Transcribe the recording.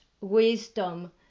wisdom